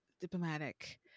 diplomatic